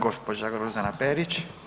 Gđa. Grozdana Perić.